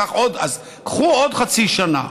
אז קחו עוד חצי שנה,